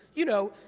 you know?